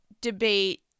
Debate